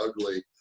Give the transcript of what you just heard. ugly